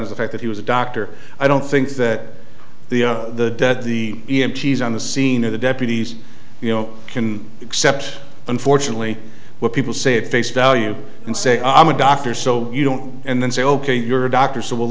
on is the fact that he was a doctor i don't think that the the that the e m t is on the scene of the deputies you know can accept unfortunately what people say at face value and say i'm a doctor so you don't and then say ok you're a doctor so we'll